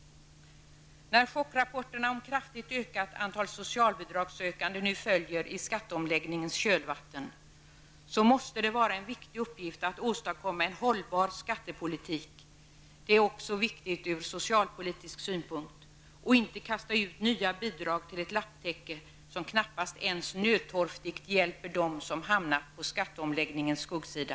När chockrapporterna om kraftigt ökat antal socialbidragssökande nu följer i skatteomläggningens kölvatten, måste det vara en viktig uppgift att åstadkomma en hållbar skattepolitik. Det är också viktigt ur socialpolitisk synpunkt. Man får inte kasta ut nya bidrag till ett lapptäcke som knappast ens nödtorftigt hjälper dem som hamnat på skatteomläggningens skuggsida.